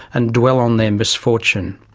and dwell on their misfortune.